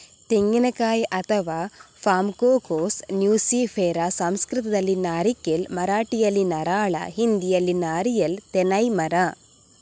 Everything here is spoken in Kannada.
ತೆಂಗಿನಕಾಯಿ ಅಥವಾ ಪಾಮ್ಕೋಕೋಸ್ ನ್ಯೂಸಿಫೆರಾ ಸಂಸ್ಕೃತದಲ್ಲಿ ನಾರಿಕೇಲ್, ಮರಾಠಿಯಲ್ಲಿ ನಾರಳ, ಹಿಂದಿಯಲ್ಲಿ ನಾರಿಯಲ್ ತೆನ್ನೈ ಮರ